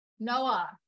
Noah